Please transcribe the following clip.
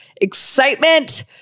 excitement